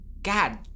God